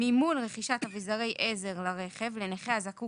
מימון רכישת אבזרי עזר לרכב לנכה הזקוק